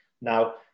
now